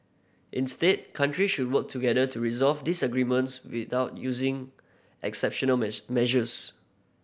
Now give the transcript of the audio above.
instead countries should work together to resolve disagreements without using exceptional mess measures